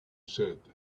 said